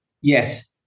Yes